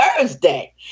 Thursday